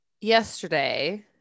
yesterday –